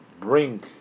bring